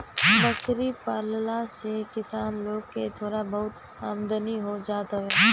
बकरी पालला से किसान लोग के थोड़ा बहुत आमदनी हो जात हवे